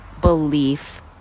belief